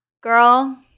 girl